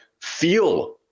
feel